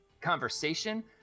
conversation